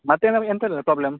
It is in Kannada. ಮತ್ತೆ ಏನು ಎಂಥ ಇಲ್ಲಲ್ಲ ಪ್ರಾಬ್ಲಮ್